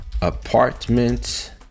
apartment